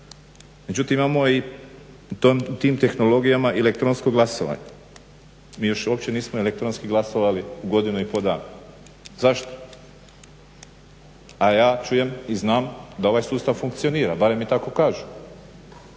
Međutim, imamo i u tim tehnologijama i elektronsko glasovanje. Mi još uopće nismo elektronski glasovali godinu i pol dana. Zašto? A ja čujem i znam da ovaj sustav funkcionira, barem mi tako kažu.